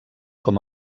com